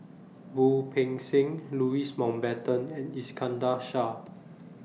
Wu Peng Seng Louis Mountbatten and Iskandar Shah